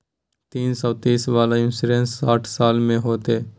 तीन सौ तीस वाला इन्सुरेंस साठ साल में होतै?